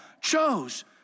chose